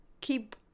keep